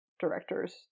directors